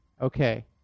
Okay